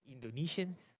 Indonesians